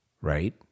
right